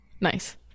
Nice